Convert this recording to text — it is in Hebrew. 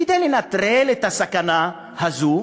כדי לנטרל את הסכנה הזאת.